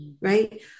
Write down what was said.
Right